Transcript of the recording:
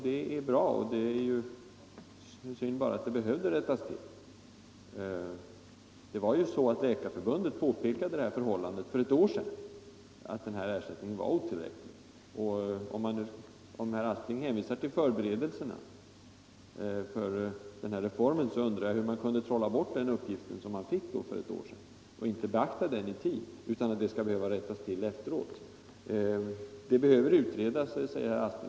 Det är bra; det är bara synd att de skall behöva rättas till. Läkarförbundet påpekade ju redan för ett år sedan, att ersättningen var otillräcklig. När herr Aspling hänvisar till förberedelserna för reformen undrar jag därför hur den uppgiften kunde trollas bort som man fick för ett år sedan men inte beaktade i tid, så att det måste bli en rättelse i efterhand. Saken behöver utredas, säger herr Aspling vidare.